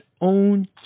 own